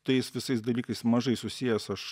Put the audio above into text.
tais visais dalykais mažai susijęs aš